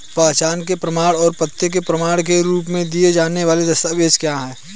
पहचान के प्रमाण और पते के प्रमाण के रूप में दिए जाने वाले दस्तावेज क्या हैं?